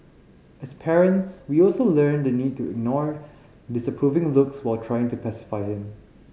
as parents we also learn the need to ignore disapproving looks while trying to pacify him